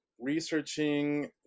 Researching